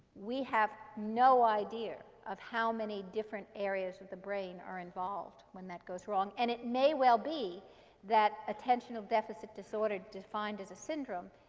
we have no idea of how many different areas of the brain are involved when that goes wrong. and it may well be that attentional deficit disorder is defined as a syndrome.